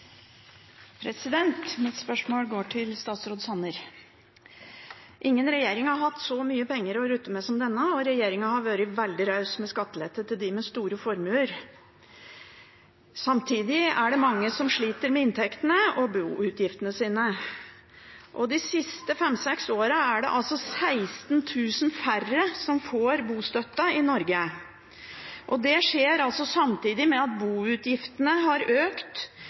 Mitt spørsmål går til statsråd Sanner. Ingen regjering har hatt så mye penger å rutte med som denne, og regjeringen har vært veldig raus med skatteletter til dem med store formuer. Samtidig er det mange som sliter med inntektene og med boutgiftene sine. De siste fem–seks årene er det 16 000 færre som får bostøtte i Norge. Det skjer samtidig med at boutgiftene har økt